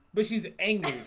but she's angry